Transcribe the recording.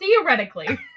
Theoretically